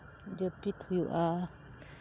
ᱡᱟᱹᱯᱤᱫ ᱦᱩᱭᱩᱜᱼᱟ